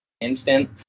instant